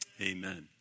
Amen